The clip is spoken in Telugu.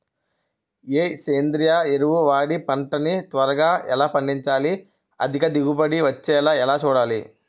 ఏ సేంద్రీయ ఎరువు వాడి పంట ని త్వరగా ఎలా పండించాలి? అధిక దిగుబడి వచ్చేలా ఎలా చూడాలి?